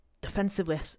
defensively